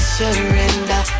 surrender